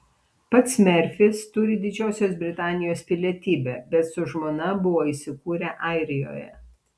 pats merfis turi didžiosios britanijos pilietybę bet su žmona buvo įsikūrę airijoje